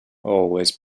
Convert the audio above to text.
always